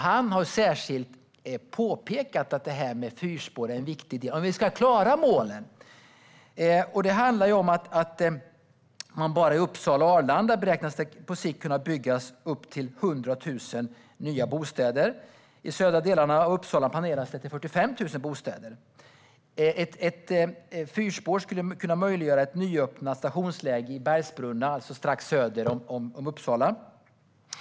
Han har särskilt påpekat att detta med fyrspår är viktigt om vi ska klara målen. Bara i Uppsala och Arlanda beräknas det på sikt kunna byggas upp till 100 000 nya bostäder. I de södra delarna av Uppsala planerar man för 45 000 bostäder. Fyrspår skulle kunna möjliggöra ett nyöppnat stationsläge i Bergsbrunna, strax söder om Uppsala.